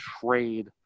trade